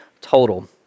total